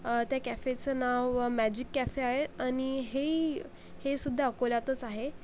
त्या कॅफेचं नाव मॅजिक कॅफे आहे आणि हे हेसुध्दा अकोल्यातच आहे